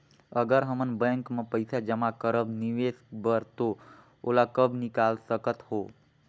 अगर हमन बैंक म पइसा जमा करब निवेश बर तो ओला कब निकाल सकत हो?